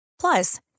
Plus